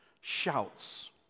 shouts